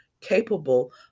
capable